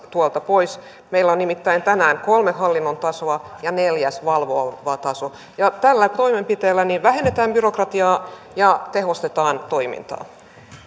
tuolta pois meillä on nimittäin tänään kolme hallinnon tasoa ja neljäs valvova taso tällä toimenpiteellä vähennetään byrokratiaa ja tehostetaan toimintaa